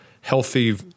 healthy